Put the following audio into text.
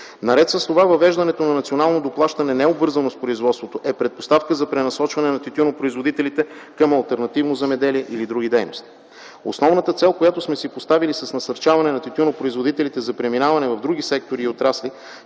Наред с това въвеждането на национално доплащане не е обвързано с производството и е предпоставка за пренасочване на тютюнопроизводителите към алтернативно земеделие или други дейности. Основната цел, която сме си поставили с насърчаване на тютюнопроизводителите за преминаване в други сектори и отрасли,